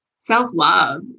Self-love